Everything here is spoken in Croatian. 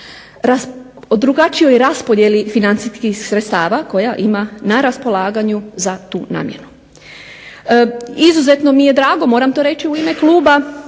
drugačijoj raspodijeli financijskih sredstava koja ima na raspolaganu za tu namjenu. Izuzetno mi je drago moram to reći u ime kluba